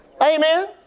Amen